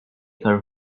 her